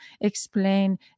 explain